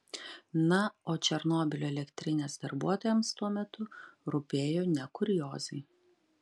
na o černobylio elektrinės darbuotojams tuo metu rūpėjo ne kuriozai